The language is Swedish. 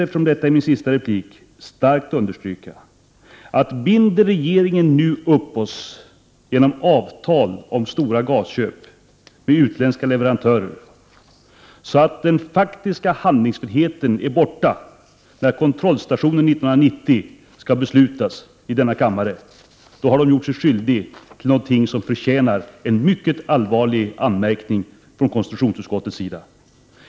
Eftersom detta är min sista replik vill jag starkt understryka att om regeringen binder upp Sverige genom avtal med utländska leverantörer om stora gasköp så att den faktiska handlingsfriheten är borta när riksdagen 1990 skall fatta beslut vid kontrollstationen, har den gjort sig skyldig till något som förtjänar en mycket allvarlig anmärkning från konstitutionsutskottets sida.